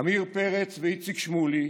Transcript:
עמיר פרץ ואיציק שמולי,